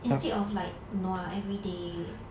instead of like nua everyday